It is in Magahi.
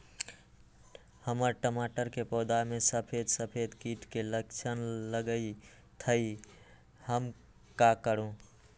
हमर टमाटर के पौधा में सफेद सफेद कीट के लक्षण लगई थई हम का करू?